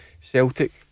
Celtic